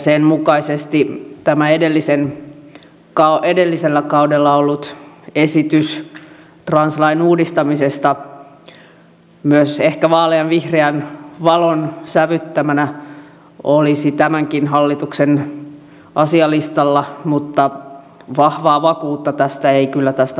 sen mukaisesti edellisellä kaudella ollut esitys translain uudistamisesta olisi ehkä vaaleanvihreän valon sävyttämänä tämänkin hallituksen asialistalla mutta vahvaa vakuutta ei kyllä tästä vastauksesta saa